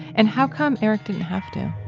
and how come eric didn't have to?